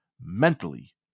mentally